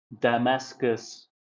damascus